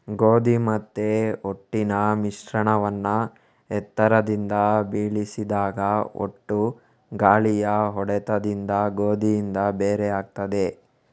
ಗೋಧಿ ಮತ್ತೆ ಹೊಟ್ಟಿನ ಮಿಶ್ರಣವನ್ನ ಎತ್ತರದಿಂದ ಬೀಳಿಸಿದಾಗ ಹೊಟ್ಟು ಗಾಳಿಯ ಹೊಡೆತದಿಂದ ಗೋಧಿಯಿಂದ ಬೇರೆ ಆಗ್ತದೆ